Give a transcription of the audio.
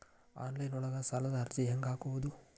Online ಒಳಗ ಸಾಲದ ಅರ್ಜಿ ಹೆಂಗ್ ಹಾಕುವುದು?